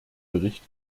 bericht